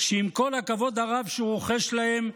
שעם כל הכבוד הרב שהוא רוחש להם,